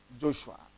Joshua